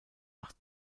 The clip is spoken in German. acht